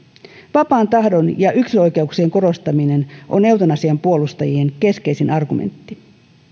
vapaan tahdon ja yksilön oikeuksien korostaminen on eutanasian puolustajien keskeisin argumentti